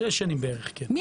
הממשק הזה